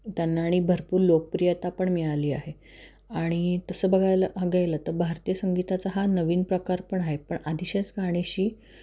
त्यांना अणि भरपूर लोकप्रियता पण मिळाली आहे आणि तसं बघायला ह गेलं तर भारतीय संगीताचा हा नवीन प्रकार पण आहे पण आधीच्याच गाण्याशी